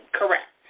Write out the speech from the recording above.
correct